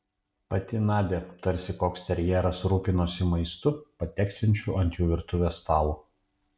pati nadia tarsi koks terjeras rūpinosi maistu pateksiančiu ant jų virtuvės stalo